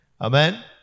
Amen